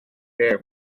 gem